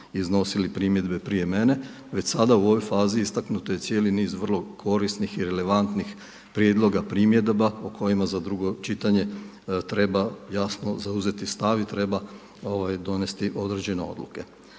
iznosili primjedbe prije mene, već sada u ovoj fazi istaknut je cijeli niz vrlo korisnik i relevantnim prijedloga, primjedba u kojima za drugo čitanje treba jasno zauzeti stav i treba donijeti određene odluke.